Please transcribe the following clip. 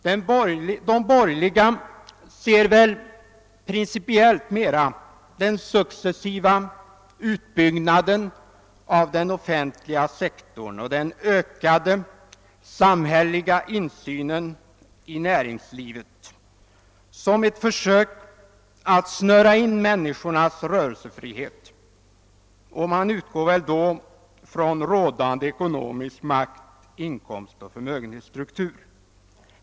De borgerliga ser väl principiellt mera den successiva utbyggnaden av den offentliga sektorn och den ökade samhälleliga insynen i näringslivet som ett försök att snöra in människornas rörelsefrihet, och man utgår då från rådande ekonomisk makt-, inkomstoch förmögenhetsstruktur.